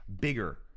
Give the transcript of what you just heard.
bigger